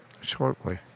Shortly